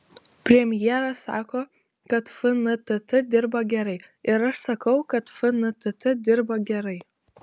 premjeras sako kad fntt dirba gerai ir aš sakau kad fntt dirba gerai